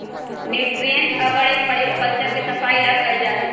nutrients अगर के प्रयोग कल्चर के सफाई ला कइल जाहई